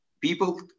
People